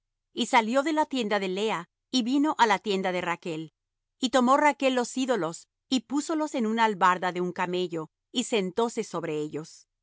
y salió de la tienda de lea y vino á la tienda de rachl y tomó rachl los ídolos y púsolos en una albarda de un camello y sentóse sobre ellos